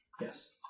Yes